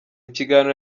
kiganiro